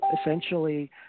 essentially –